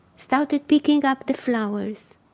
started picking up the flowers.